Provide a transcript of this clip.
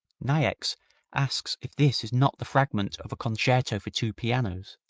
niecks asks if this is not the fragment of a concerto for two pianos,